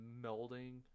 melding